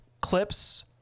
clips